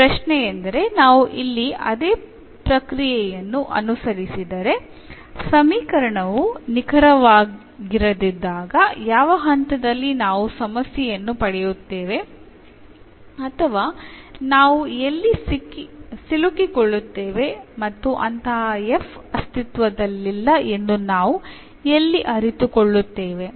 ಈಗ ಪ್ರಶ್ನೆಯೆಂದರೆ ನಾವು ಇಲ್ಲಿ ಅದೇ ಪ್ರಕ್ರಿಯೆಯನ್ನು ಅನುಸರಿಸಿದರೆ ಸಮೀಕರಣವು ನಿಖರವಾಗಿರದಿದ್ದಾಗ ಯಾವ ಹಂತದಲ್ಲಿ ನಾವು ಸಮಸ್ಯೆಯನ್ನು ಪಡೆಯುತ್ತೇವೆ ಅಥವಾ ನಾವು ಎಲ್ಲಿ ಸಿಲುಕಿಕೊಳ್ಳುತ್ತೇವೆ ಮತ್ತು ಅಂತಹ f ಅಸ್ತಿತ್ವದಲ್ಲಿಲ್ಲ ಎಂದು ನಾವು ಎಲ್ಲಿ ಅರಿತುಕೊಳ್ಳುತ್ತೇವೆ